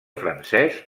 francès